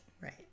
Right